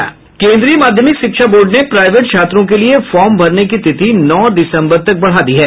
केंद्रीय माध्यमिक शिक्षा बोर्ड ने प्राईवेट छात्रों के लिये फॉर्म भरने की तिथि नौ दिसंबर तक बढ़ा दी है